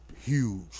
huge